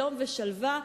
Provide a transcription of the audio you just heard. שלום ושלווה,